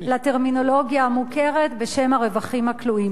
לטרמינולוגיה המוכרת בשם "הרווחים הכלואים".